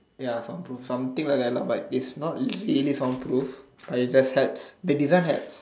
ya soundproof something like that but is not really soundproof like just had the design had